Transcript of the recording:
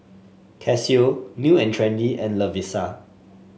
Casio New And Trendy and Lovisa